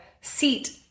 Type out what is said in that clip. seat